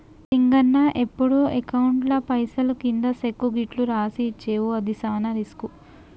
సింగన్న ఎప్పుడు అకౌంట్లో పైసలు కింది సెక్కు గిట్లు రాసి ఇచ్చేవు అది సాన రిస్కు